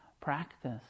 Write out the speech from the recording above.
practice